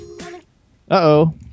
Uh-oh